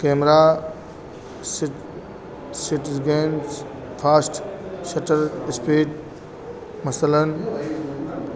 camera سٹزگین fast shutter speed مثلاً